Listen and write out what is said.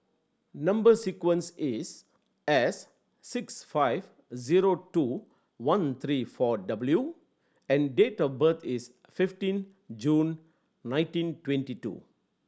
number sequence is S six five zero two one three four W and date of birth is fifteen June nineteen twenty two